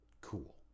cool